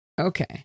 Okay